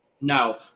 No